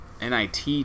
NIT